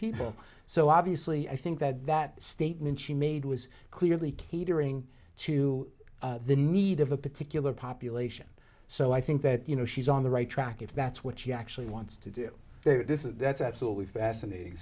people so obviously i think that that statement she made was clearly catering to the need of a particular population so i think that you know she's on the right track if that's what she actually wants to do this is absolutely fascinating